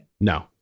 no